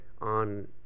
on